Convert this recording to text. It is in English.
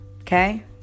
Okay